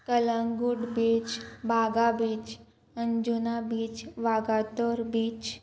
Calangute beach Baga beach Anjuna beach Vagator beach